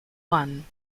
one